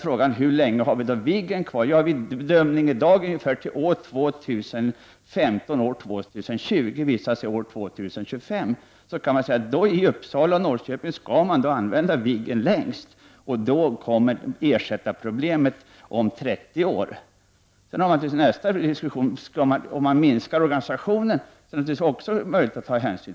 Frågan är: Hur länge har vi då Viggen kvar? Bedömningen i dag är: till år 2015—2020. Vissa bedömare anser att det blir till år 2025. Vi kan säga att man i Uppsala och Norrköping skall använda Viggen längst, och då kommer ersättarproblemet om 30 år. Sedan har vi nästa diskussion: om man minskar organisationen, så är det naturligtvis också möjligt att ta hänsyn.